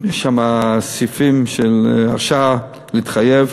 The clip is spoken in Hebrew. יש שם סעיפים של הרשאה להתחייב,